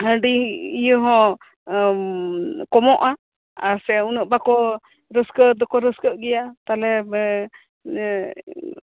ᱦᱟᱺᱰᱤ ᱤᱭᱟᱹ ᱦᱚᱸ ᱠᱚᱢᱚᱜᱼᱟ ᱟᱨ ᱥᱮ ᱩᱱᱟᱹᱜ ᱵᱟᱠᱚ ᱮᱸ ᱨᱟᱹᱥᱠᱟᱹ ᱫᱚᱠᱚ ᱨᱟᱹᱥᱠᱟᱹᱜ ᱜᱮᱭᱟ